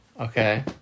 Okay